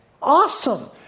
Awesome